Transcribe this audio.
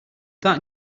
that